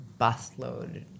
busload